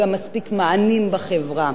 בשלב כזה או אחר,